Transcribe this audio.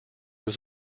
was